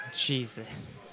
Jesus